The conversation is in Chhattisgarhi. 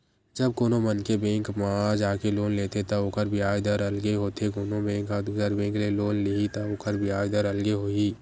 जब कोनो मनखे बेंक म जाके लोन लेथे त ओखर बियाज दर अलगे होथे कोनो बेंक ह दुसर बेंक ले लोन लिही त ओखर बियाज दर अलगे होही